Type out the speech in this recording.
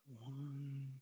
One